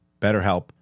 BetterHelp